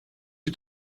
you